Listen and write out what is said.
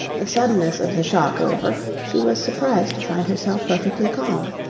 the suddenness of the shock over she was surprised to find herself perfectly calm.